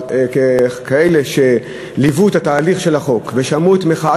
אבל אלה שליוו את תהליך החוק שמעו את מחאת